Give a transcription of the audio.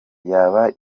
yaba